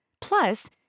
Plus